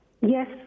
Yes